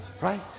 Right